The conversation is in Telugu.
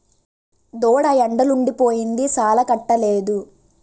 దూడ ఎండలుండి పోయింది సాలాలకట్టలేదు